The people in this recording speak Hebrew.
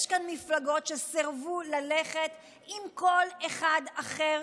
כאן מפלגות שסירבו ללכת עם כל אחד אחר